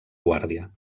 guàrdia